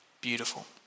beautiful